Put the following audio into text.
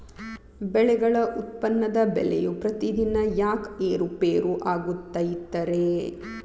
ಬೆಳೆಗಳ ಉತ್ಪನ್ನದ ಬೆಲೆಯು ಪ್ರತಿದಿನ ಯಾಕ ಏರು ಪೇರು ಆಗುತ್ತೈತರೇ?